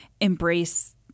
embrace